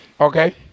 Okay